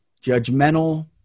judgmental